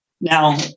Now